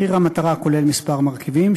מחיר המטרה כולל כמה מרכיבים,